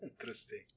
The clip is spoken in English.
Interesting